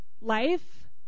life